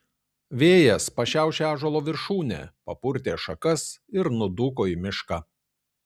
vėjas pašiaušė ąžuolo viršūnę papurtė šakas ir nudūko į mišką